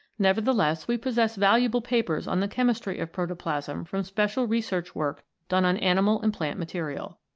nevertheless, we possess valuable papers on the chemistry of protoplasm from special research work done on animal and plant material.